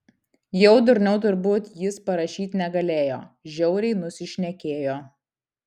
jau durniau turbūt jis parašyt negalėjo žiauriai nusišnekėjo